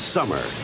summer